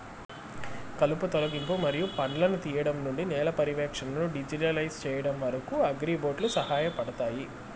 కలుపు తొలగింపు మరియు పండ్లను తీయడం నుండి నేల పర్యవేక్షణను డిజిటలైజ్ చేయడం వరకు, అగ్రిబోట్లు సహాయపడతాయి